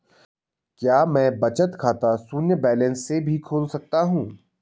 क्या मैं बचत खाता शून्य बैलेंस से भी खोल सकता हूँ?